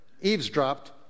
eavesdropped